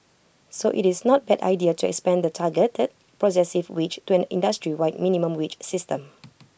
so IT is not bad idea trance Band the targeted progressive wage to an industry wide minimum wage system